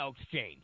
exchange